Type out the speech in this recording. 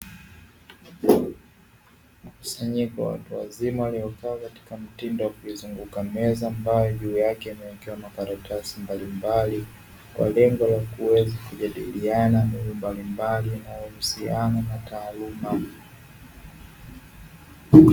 Mkusanyiko wa watu wazima, waliokaa katika mtindo wa kuizunguka meza, ambayo juu yake imewekewa makaratasi mbalimbali, kwa lengo la kuweza kujadiliana vitu mbalimbali vinavyohusiana na taaluma.